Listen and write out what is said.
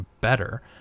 better